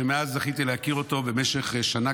שמאז זכיתי להכיר אותו במשך שנה,